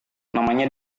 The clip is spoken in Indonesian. namanya